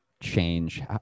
change